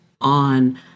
on